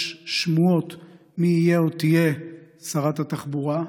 יש שמועות מי יהיה או תהיה שרת התחבורה.